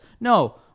No